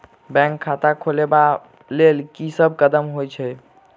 Bank खाता खोलबाबै केँ लेल की सब कदम होइ हय?